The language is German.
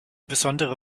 besondere